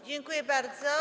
Dziękuję bardzo.